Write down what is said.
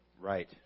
Right